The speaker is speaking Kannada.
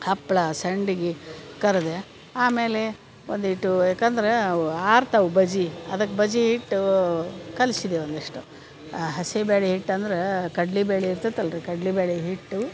ಹಪ್ಳ ಸಂಡ್ಗಿ ಕರಿದೆ ಆಮೇಲೆ ಒಂದೀಟು ಯಾಕೆಂದರೆ ಅವು ಆರ್ತವು ಬಜಿ ಅದಕ್ಕೆ ಬಜಿ ಇಟ್ಟು ಕಲ್ಸಿದೆ ಒಂದಿಷ್ಟು ಹಸೆ ಬ್ಯಾಳಿ ಇಟ್ಟು ಅಂದ್ರೆ ಕಡ್ಲಿಬ್ಯಾಳಿ ಇರ್ತತಿ ಅಲ್ರಿ ಕಡ್ಲಿಬ್ಯಾಳಿ ಹಿಟ್ಟು